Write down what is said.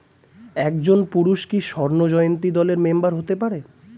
একজন পুরুষ কি স্বর্ণ জয়ন্তী দলের মেম্বার হতে পারে?